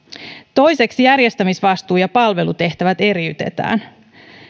toiseksi järjestämisvastuu ja palvelutehtävät eriytetään